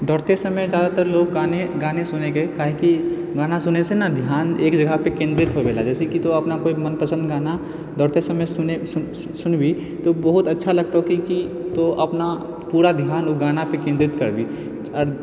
दौड़तै समय जादातर लोग गाने सुनै छै काहे कि गाना सुनैसँ ने ध्यान एक जगहपर केन्द्रित होइ लागै छै कि तु अपन मनपसन्द गाना दौड़ते समय सुनबिही तऽ बहुत अच्छा लगतौ किआकि तू अपना पूरा ध्यान ओ गानापर केन्द्रित करबिही